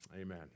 Amen